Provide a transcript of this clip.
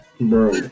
Bro